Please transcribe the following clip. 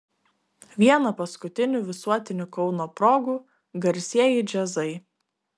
viena paskutinių visuotinių kauno progų garsieji džiazai